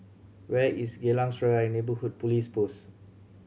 where is Geylang Serai Neighbourhood Police Post